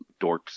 dorks